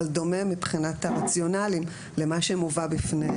אבל דומה מבחינת הרציונל למה שמובא לפי